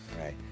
Right